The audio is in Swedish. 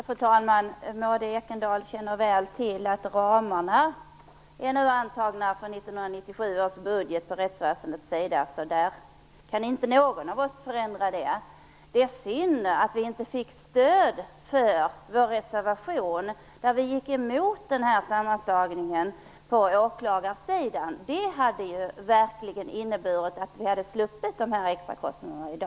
Fru talman! Maud Ekendahl känner mycket väl till att ramarna är antagna för 1997 års budget på rättsväsendets sida, så där kan ingen av oss åstadkomma en förändring. Det är synd att vi inte fick stöd för vår reservation där vi gick emot sammanslagningen på åklagarsidan, för det skulle ha inneburit att vi i dag slapp de här extrakostnaderna.